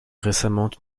récemment